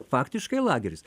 faktiškai lageris